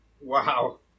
Wow